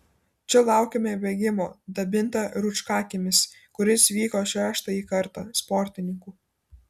čia laukėme bėgimo dabinta rūčkakiemis kuris vyko šeštąjį kartą sportininkų